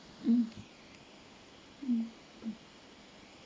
mm mm